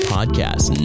Podcast